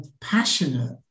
passionate